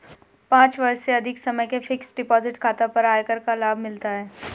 पाँच वर्ष से अधिक समय के फ़िक्स्ड डिपॉज़िट खाता पर आयकर का लाभ मिलता है